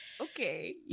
okay